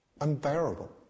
Unbearable